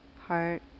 heart